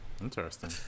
Interesting